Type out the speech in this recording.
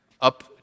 up